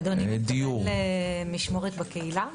אדוני מתכוון למשמורת בקהילה?